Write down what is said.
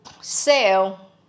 sell